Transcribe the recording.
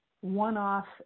one-off